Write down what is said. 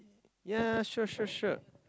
ya sure sure sure